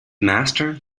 master